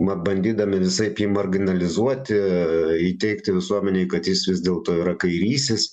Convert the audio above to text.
mat bandydami visaip jį marginalizuoti įteigti visuomenei kad jis vis dėlto yra kairysis